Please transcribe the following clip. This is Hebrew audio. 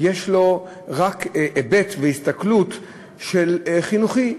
יש רק היבט והסתכלות חינוכית,